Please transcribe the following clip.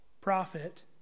prophet